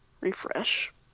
refresh